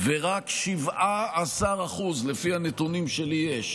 ורק 17%, לפי הנתונים שלי יש,